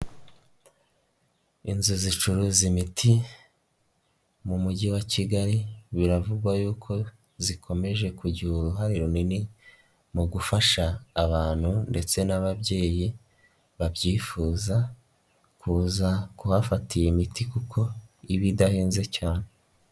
Inzu zicuruza imiti, mu mujyi wa Kigali, biravugwa y'uko zikomeje kugira uruhare runini, mu gufasha abantu ndetse n'ababyeyi babyifuza, kuza kuhafata iyi imiti kuko iba idahenze cyane.